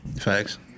Facts